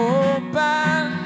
open